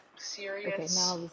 serious